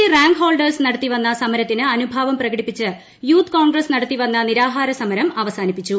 C rank holders നട്ടത്തി വന്ന സമരത്തിന് അനുഭാവം പ്രകടിപ്പിച്ച് യൂത്ത് ക്ടോൺഗ്രസ് നടത്തി വന്ന നിരാഹാര സമരം ്ട്അവസാനിപ്പിച്ചു